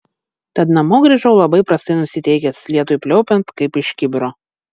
tad namo grįžau labai prastai nusiteikęs lietui pliaupiant kaip iš kibiro